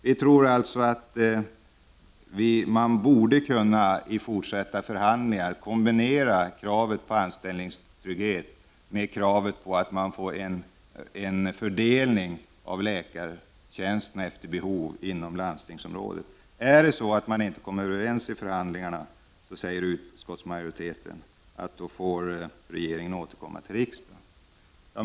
Vi tror att man i fortsatta förhandlingar borde kunna kombinera kravet på anställningstrygghet med kravet på en fördelning av läkartjänsterna efter behov inom landstingsområdet. Kommer man inte överens i förhandlingarna säger utskottsmajoriteten att regeringen får återkomma till riksdagen.